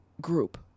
group